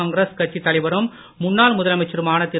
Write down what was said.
காங்கிரஸ் கட்சித் தலைவரும் முன்னாள் முதலமைச்சருமான திரு